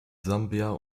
sambia